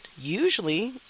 usually